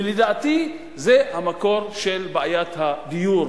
ולדעתי, זה המקור של בעיית הדיור